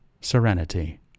serenity